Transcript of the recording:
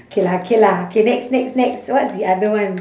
K lah K lah K next next next so what's the other one